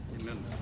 Amen